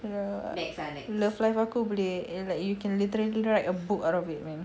love life aku boleh like you can literally write a book out of it man